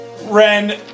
Ren